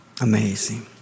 Amazing